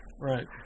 right